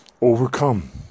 overcome